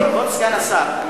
כבוד סגן השר,